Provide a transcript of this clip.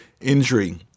injury